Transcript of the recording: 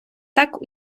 так